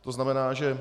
To znamená, že...